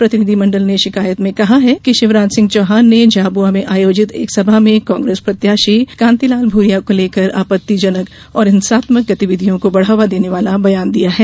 प्रतिनिधि मंडल ने शिकायत में कहा है कि शिवराज सिंह चौहान ने झाबुआ में आयोजित एक सभा में कांग्रेस प्रत्याशी कांतिलाल भूरिया को लेकर आपत्तिजनक और हिंसात्मक गतिविधियों को बढ़ावा देने वाला बयान दिया है